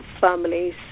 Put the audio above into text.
families